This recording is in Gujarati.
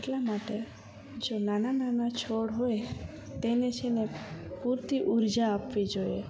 એટલા માટે જો નાના નાના છોડ હોય તેને છે ને પૂરતી ઊર્જા આપવી જોઈએ